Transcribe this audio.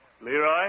Leroy